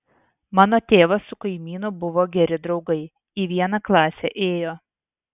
mano tėvas su kaimynu buvo geri draugai į vieną klasę ėjo